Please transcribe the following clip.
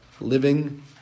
living